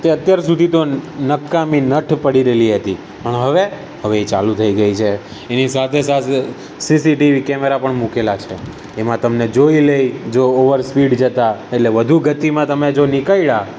તે અત્યાર સુધી તો નકામી નઠ પડી રહેલી હતી પણ હવે હવે એ ચાલું થઈ ગઈ છે એની સાથે સાથે સીસીટીવી કેમેરા પણ મૂકેલા છે એમાં તમને જોઈ લે જો ઓવરસ્પીડ જતા એટલે જો વધુ ગતિમાં તમે નીકળ્યા